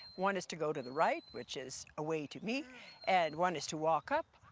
one is to go to the right, which is away to me and one is to walk up,